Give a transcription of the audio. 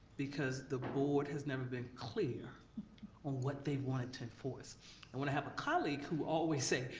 because the board has never been clear on what they wanted to enforce. and when i have a colleague who always say,